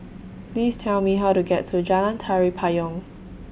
Please Tell Me How to get to Jalan Tari Payong